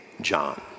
John